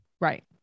right